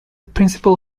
principal